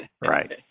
Right